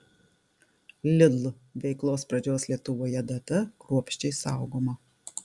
lidl veiklos pradžios lietuvoje data kruopščiai saugoma